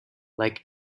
like